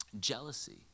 Jealousy